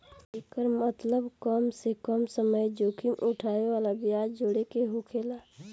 एकर मतबल कम से कम समय जोखिम उठाए वाला ब्याज जोड़े के होकेला